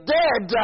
dead